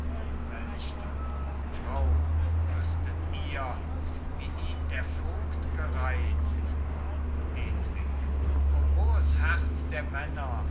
frau wüsstet ihr wie ihn der vogt gereizt hedwig o rohes herz der männer